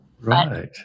Right